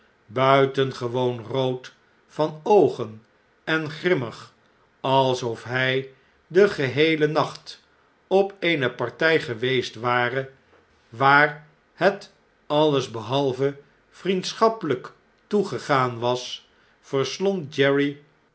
buitengewoon rood van oogen en grimmig alsof hjj den heelen nacht op eene party geweest ware waar het alles behalve vriendschappeljjk toegegaan was verslond